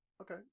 Okay